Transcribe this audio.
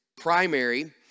primary